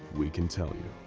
we can tell you.